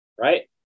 Right